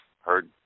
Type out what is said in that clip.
heard